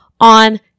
on